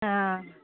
हाँ